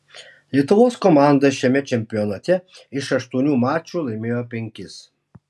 lietuvos komanda šiame čempionate iš aštuonių mačų laimėjo penkis